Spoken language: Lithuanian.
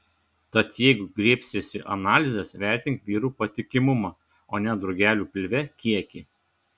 tad jeigu griebsiesi analizės vertink vyrų patikimumą o ne drugelių pilve kiekį